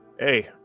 Hey